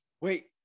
Wait